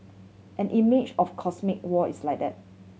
an image of cosmic war is like that